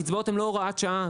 הקצבאות הן לא הוראת שעה,